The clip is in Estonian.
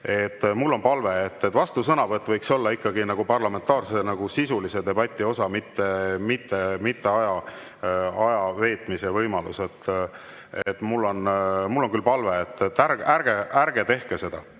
Mul on palve, et vastusõnavõtt võiks olla ikkagi parlamentaarse sisulise debati osa, mitte ajaveetmise võimalus. Mul on küll palve: ärge tehke seda.